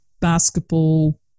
basketball